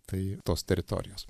tai tos teritorijos